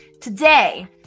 today